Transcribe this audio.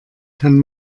kann